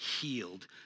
healed